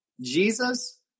Jesus